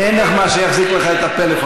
אין מה שיחזיק לך את הפלאפון,